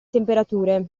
temperature